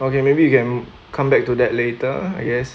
okay maybe you can come back to that later I guess